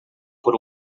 por